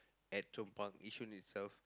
at Chong-Pang Yishun itself